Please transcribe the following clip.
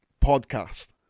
podcast